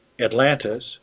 Atlantis